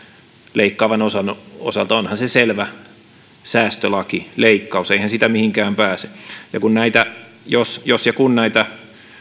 leikkaavan osan osalta selvä säästölaki leikkaus eihän siitä mihinkään pääse jos jos ja kun näitä